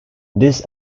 this